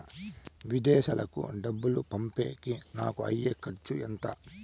విదేశాలకు డబ్బులు పంపేకి నాకు అయ్యే ఖర్చు ఎంత?